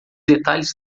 detalhes